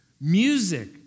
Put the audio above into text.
Music